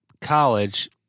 college